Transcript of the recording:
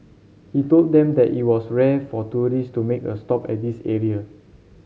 he told them that it was rare for tourists to make a stop at this area